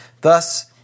thus